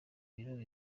birori